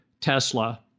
Tesla